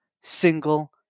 single